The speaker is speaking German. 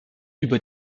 über